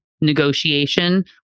negotiation